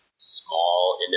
Small